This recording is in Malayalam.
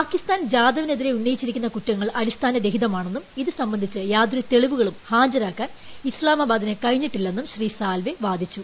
പാകിസ്ഥാൻ ജാദവിനെതിരെ ഉന്നയിച്ചിരിക്കുന്ന കുറ്റങ്ങൾ അടിസ്ഥാനരഹിതമാണെന്നും ഇത് സംബന്ധിച്ച് യാതൊരു തെളിവുകളും ഹാജരാക്കാൻ ഇസ്ലാമാബാദിന് കഴിഞ്ഞിട്ടില്ലെന്നും ശ്രീ സാൽവേ വാദിച്ചു